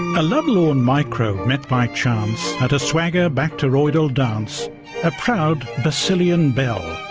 a lovelorn microbe met by chance at a swagger bacteroidal dance a proud bacillian belle,